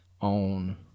on